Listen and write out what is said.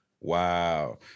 Wow